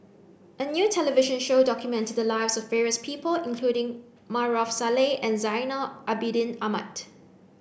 a new television show documented the lives of various people including Maarof Salleh and Zainal Abidin Ahmad